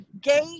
gay